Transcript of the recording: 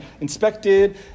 inspected